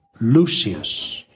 Lucius